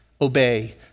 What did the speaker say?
obey